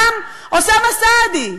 גם אוסאמה סעדי,